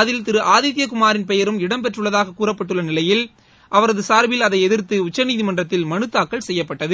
அதில் திரு ஆதித்யகுமாரின் பெயரும் இடம் பெற்றுள்ளதாக கூறப்பட்ட நிலையில் அவரது சார்பில் அதை எதிர்த்து உச்சநீதிமன்றத்தில் மனுத்தாக்கல் செய்யப்பட்டது